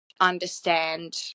understand